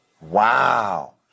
Wow